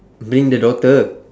bring the daughter